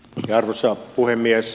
arvoisa puhemies